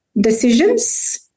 decisions